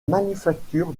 manufacture